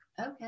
okay